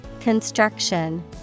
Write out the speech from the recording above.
Construction